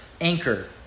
anchor